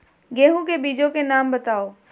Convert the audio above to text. गेहूँ के बीजों के नाम बताओ?